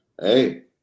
Hey